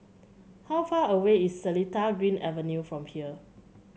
how far away is Seletar Green Avenue from here